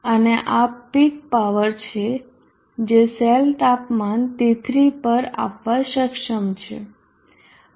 અને આ peak power છે જે સેલ તાપમાન T3 પર આપવા સક્ષમ છે